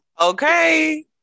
Okay